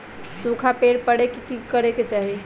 सूखा पड़े पर की करे के चाहि